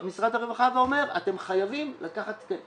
משרד הרווחה אומר, אתם חייבים לקחת תקנים